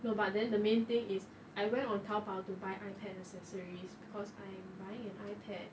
no but then the main thing is I went on Taobao to buy ipad accessories because I'm buying an ipad